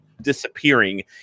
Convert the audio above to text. disappearing